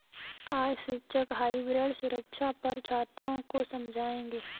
आज शिक्षक हाइब्रिड सुरक्षा पर छात्रों को समझाएँगे